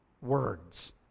words